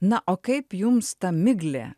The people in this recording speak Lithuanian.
na o kaip jums ta miglė